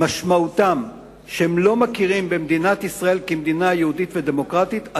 משמעותם שהם לא מכירים במדינת ישראל כמדינה יהודית ודמוקרטית,